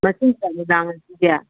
ꯃꯁꯤꯡ ꯀꯌꯥꯃꯨꯛ ꯂꯥꯡꯂꯁꯤꯒꯦ